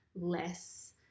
less